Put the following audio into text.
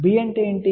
B అంటే ఏమిటి